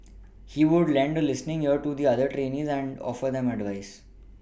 he would lend a listening ear to the other trainees and offer them advice